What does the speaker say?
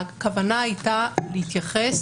הכוונה הייתה להתייחס